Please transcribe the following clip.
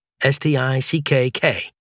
S-T-I-C-K-K